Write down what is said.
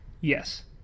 Yes